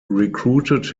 recruited